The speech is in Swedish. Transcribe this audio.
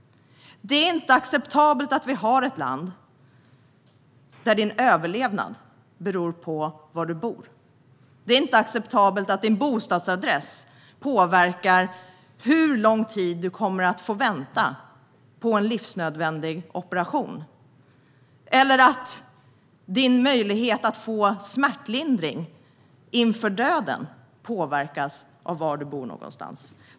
Det är inte acceptabelt att vi har ett land där ens överlevnad beror på var man bor. Det är inte acceptabelt att ens bostadsadress påverkar hur lång tid man kommer att få vänta på en livsnödvändig operation eller att ens möjlighet att få smärtlindring inför döden påverkas av var man bor.